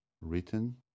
written